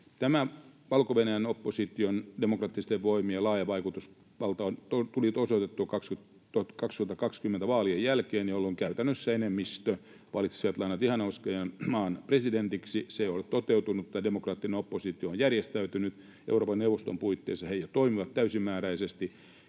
Valko-Venäjän opposition demokraattisten voimien laaja vaikutusvalta tuli osoitettua vuoden 2020 vaalien jälkeen, jolloin käytännössä enemmistö valitsi Svjatlana Tsih’anouskajan maan presidentiksi. Se ei ole toteutunut, mutta tämä demokraattinen oppositio on järjestäytynyt, ja Euroopan neuvoston puitteissa he jo toimivat täysimääräisesti.